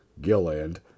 Gilland